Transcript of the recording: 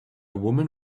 woman